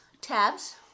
tabs